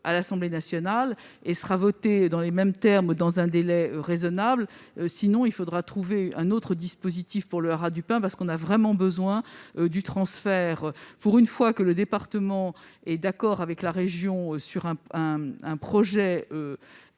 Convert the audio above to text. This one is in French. à l'Assemblée nationale et sera voté dans les mêmes termes, dans un délai raisonnable. À défaut, il faudra trouver un autre dispositif pour le Haras national du Pin, car nous avons vraiment besoin du transfert. Pour une fois que le département est d'accord avec la région sur un projet